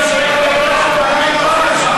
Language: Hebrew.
מה עשה שי פירון?